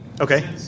Okay